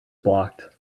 blocked